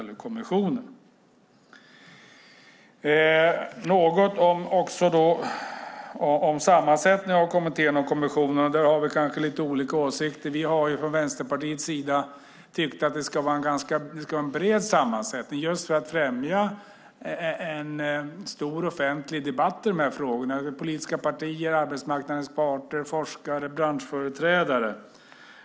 När det gäller sammansättningen av kommittén har vi kanske lite olika åsikt. Vi från Vänsterpartiet har ansett att det ska vara en bred sammansättning. För att främja en stor offentlig debatt i de här frågorna tycker vi att det ska vara politiska partier, arbetsmarknadens parter, forskare och branschföreträdare.